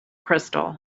crystal